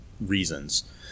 reasons